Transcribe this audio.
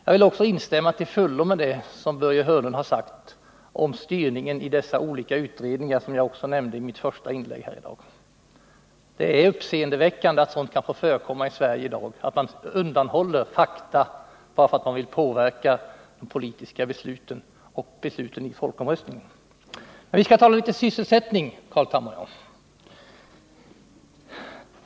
Jag vill till fullo instämma i det som Börje Hörnlund har sagt om styrningen i de olika utredningar som jag nämnde i mitt första inlägg. Det är uppseendeväckande att det i Sverige i dag kan förekomma att man undanhåller fakta för att kunna påverka politiska beslut och beslut i folkomröstningen. Men vi skall tala litet om sysselsättning.